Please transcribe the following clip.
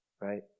right